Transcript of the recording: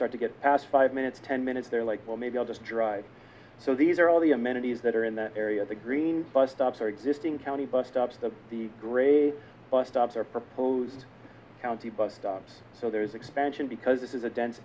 start to get past five minutes ten minutes they're like well maybe i'll just drive so these are all the amenities that are in that area the green bus stops are existing county bus stops the the great bus stops are proposed county bus stops so there's expansion because this is a dense